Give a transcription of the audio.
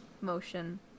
motion